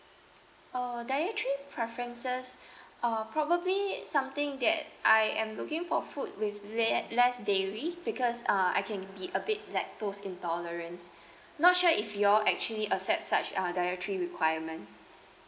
err dietary preferences uh probably something that I am looking for food with le~ less dairy because uh I can be a bit lactose intolerance not sure if you all actually accept such uh dietary requirements